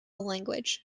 language